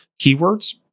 keywords